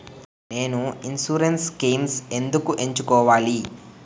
నేను insurance schemes ఎందుకు ఎంచుకోవాలి?